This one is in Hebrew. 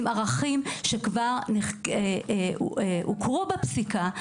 עם ערכים שכבר הוכרו בפסיקה,